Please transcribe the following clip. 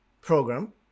program